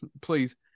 please